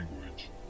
language